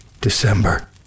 December